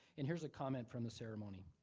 and here's a comment from the ceremony.